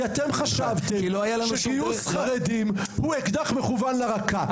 כי אתם חשבתם שגיוס חרדים הוא אקדח מכוון לרקה.